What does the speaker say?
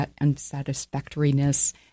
unsatisfactoriness